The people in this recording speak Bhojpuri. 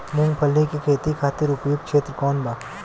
मूँगफली के खेती खातिर उपयुक्त क्षेत्र कौन वा?